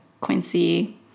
Quincy